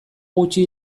gutxi